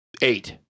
Eight